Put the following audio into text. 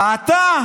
מי, אתה?